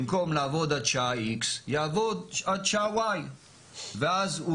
במקום לעבוד עד שעה X יעבוד עד שעה Y. ואז הוא